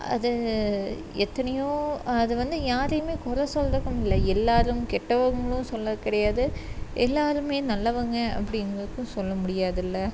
அது எத்தனையோ அது வந்து யாரையுமே குற சொல்கிறக்கும் இல்லை எல்லாரும் கெட்டவங்களும் சொல்லக் கிடையாது எல்லாருமே நல்லவங்க அப்படிங்கிறக்கு சொல்ல முடியாதுல்லை